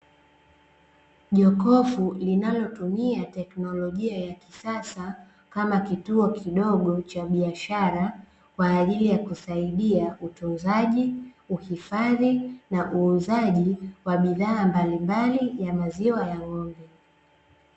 Jokofu linalotumia teknolojia ya kisasa kama kituo kidogo cha biashara kwa ajili ya kusaidia utunzaji, uhifadhi na uuzaji wa bidhaa mbalimbali ya maziwa ya "rojo".